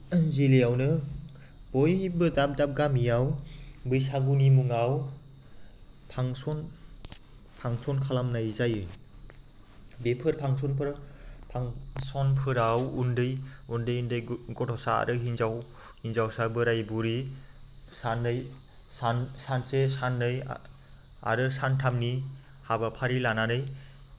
जिल्लायावनो बयनिबो दाब दाब गामियाव बैसागुनि मुङाव फांसन फांसन खालामनाय जायो बेफोर फांसनफोराव फांसनफोराव उन्दै उन्दै उन्दै गथ'सा आरो हिनजाव हिनजावसा बोराय बुरै सानै सानसे साननै आरो सानथामनि हाबाफारि लानानै